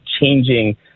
changing